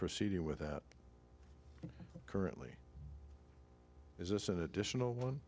proceeding with currently is this an additional one